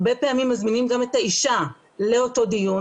הרבה פעמים גם מזמינים את האישה לאותו דיון